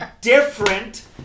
different